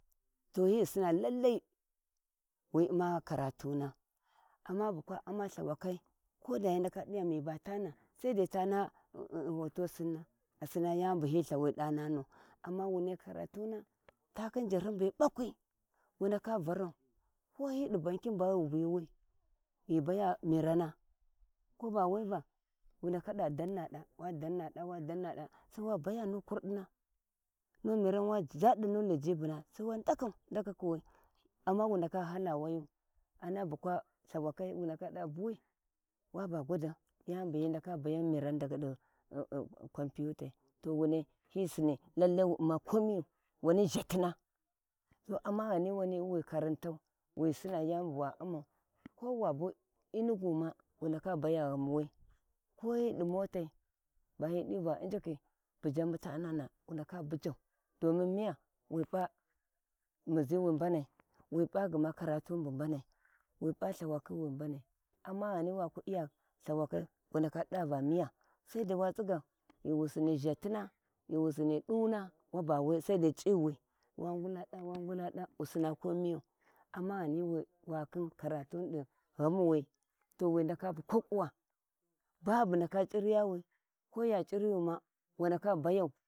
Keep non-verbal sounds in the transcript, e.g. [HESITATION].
To hi sinna tallai wi umma karatuna, umum bu kwa umum lthawakhi koda hi ndaka diva ni batana saidai tana hoto sinna, a siuna a siuna nanano amma wuni karatuna takan jarun bai baƙwai wunaka varau ko hidi bankin bawwu biwi ghi baya mirana babu ndaka ciryawi sai wa baya nu kudina mu mirau wa jadinu cijibuna sai wa ndakau ndakawi amma wu ndaka hala wayu, amma bukea llhawar kwai wu ndaka dava buwi wada bukwa lthawakai dawa dava buwi waba gwadan yanibu hi ndaka buyan mirau daga [HESITATION] computai to wunai lallai hi sinni lallai wu uma komiyu wani zhatina amma wani ghani wi karatau wu sinna yau bu wa um um ko wa bu inugu ma we ndaka baya ghawi ko hi di motai, bahi dwa inji ki bujan mu ta nana wu ndaka bujeu domin miya wi p`awuzi wi mbanai wi p'a gma karatuni bu mbanai wi p`a llhawakhin wi mbanai, amma ghani waku iyallhakai wu ndaka dak dava miya saidai wa tsiggau ghi wu sinni zhativa wa ngulla da wa ngulla da wu sinna komiyu, amma ghani wa khin karutauni di ghan wi buba ndaka c`iryawi koya ciryuwa wu ndaka bayau.